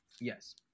yes